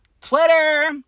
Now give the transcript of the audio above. Twitter